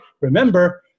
Remember